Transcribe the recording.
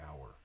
hour